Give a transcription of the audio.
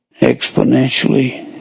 exponentially